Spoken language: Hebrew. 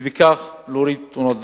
ובכך להוריד את תאונות הדרכים.